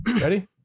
Ready